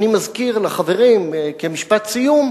אני מזכיר לחברים כמשפט סיום,